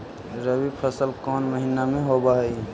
रबी फसल कोन महिना में होब हई?